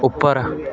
ਉੱਪਰ